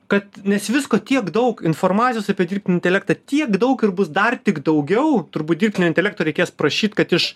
kad nes visko tiek daug informacijos apie dirbtinį intelektą tiek daug ir bus dar tik daugiau turbūt dirbtinio intelekto reikės prašyt kad iš